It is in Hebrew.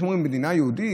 שאומרים: מדינה יהודית,